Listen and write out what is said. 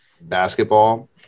basketball